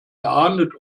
geahndet